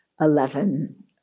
eleven